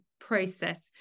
process